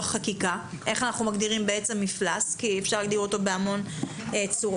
איך אנחנו מגדירים מפלס כי אפשר להגדיר אותו בהרבה צורות.